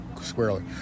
squarely